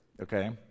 okay